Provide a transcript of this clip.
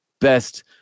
best